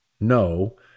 no